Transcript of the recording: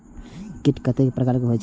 कीट कतेक प्रकार के होई छै?